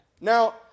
Now